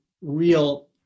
real